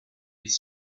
his